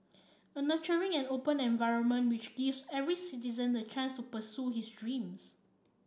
a nurturing and open environment which gives every citizen the chance to pursue his dreams